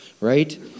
right